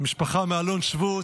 משפחה מאלון שבות,